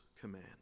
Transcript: command